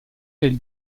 del